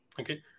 Okay